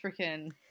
freaking –